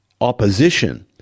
opposition